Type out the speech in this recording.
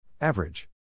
Average